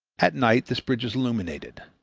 at night this bridge is illuminated.